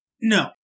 no